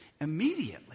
immediately